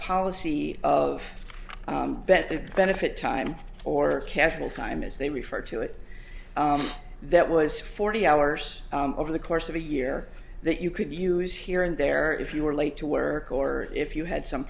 policy of bet that benefit time or casual time as they refer to it that was forty hours over the course of a year that you could use here and there if you were late to work or if you had some